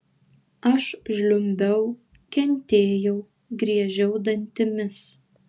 aš žliumbiau kentėjau griežiau dantimis